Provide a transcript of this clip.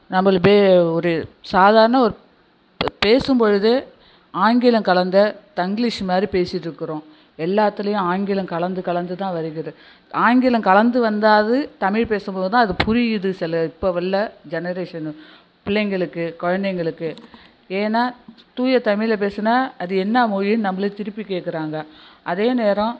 நம்மளுதே ஒரு சாதாரண ஒரு இப்போ பேசும்பொழுது ஆங்கிலம் கலந்த தங்கிலீஷ் மாதிரி பேசிட்டிருக்கறோம் எல்லாத்துலேயும் ஆங்கிலம் கலந்து கலந்து தான் வருகிறது ஆங்கிலம் கலந்து வந்தாவது தமிழ் பேசும்போது தான் அது புரியுது சில இப்போவுள்ள ஜெனரேஷனு பிள்ளைங்களுக்கு குழந்தைங்களுக்கு ஏன்னா தூய தமிழில் பேசுனால் அது என்ன மொழின்னு நம்மளே திருப்பி கேட்கறாங்க அதே நேரம்